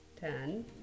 ten